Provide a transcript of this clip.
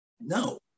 No